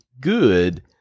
good